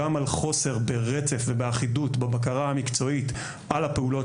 גם על חוסר ברצף ובאחידות בבקרה המקצועית על הפעולות